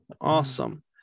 awesome